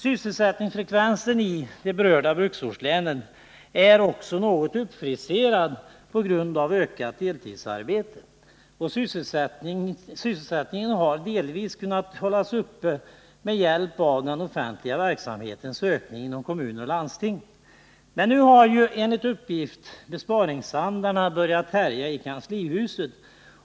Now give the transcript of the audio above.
Sysselsättningsfrekvensen i de berörda bruksortslänen är något uppfriserad på grund av ökat deltidsarbete. Och sysselsättningen har delvis kunnat hållas uppe med hjälp av den offentliga verksamhetens ökning inom kommuner och landsting. Men nu har ju enligt uppgift besparingsandarna börjat härja i kanslihuset.